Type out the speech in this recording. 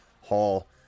Hall